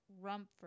Rumford